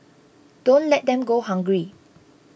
don't let them go hungry